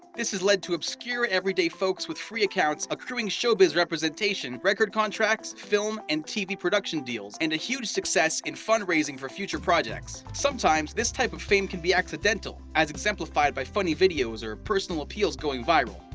this has led to obscure, everyday folks with free accounts accruing showbiz representation, record contracts, film and tv production deals, and huge success in fundraising for future projects. sometimes, this type of fame can be accidental, as exemplified by funny videos or personal appeals going viral.